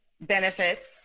benefits